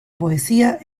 poesía